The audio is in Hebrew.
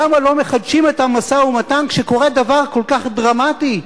למה לא מחדשים את המשא-ומתן כשקורה דבר כל כך דרמטי?